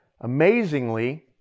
amazingly